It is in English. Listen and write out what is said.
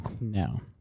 No